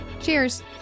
Cheers